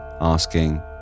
asking